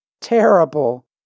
Terrible